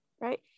right